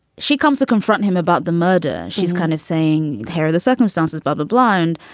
she comes to confront him about the murder. she's kind of saying there are the circumstances. but the blonde,